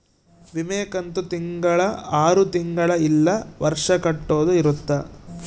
ವಿಮೆ ಕಂತು ತಿಂಗಳ ಆರು ತಿಂಗಳ ಇಲ್ಲ ವರ್ಷ ಕಟ್ಟೋದ ಇರುತ್ತ